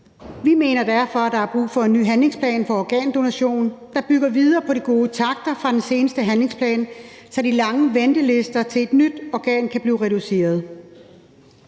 Vi mener derfor, at der er brug for en ny handlingsplan for organdonation, der bygger videre på de gode takter fra den seneste handlingsplan, så de lange ventelister til et nyt organ kan blive reduceret.